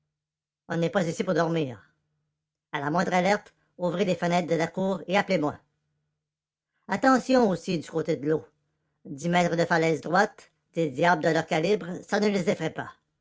on n'est pas ici pour dormir à la moindre alerte ouvrez les fenêtres de la cour et appelez-moi attention aussi du côté de l'eau dix mètres de falaise droite des diables de leur calibre ça ne les effraye pas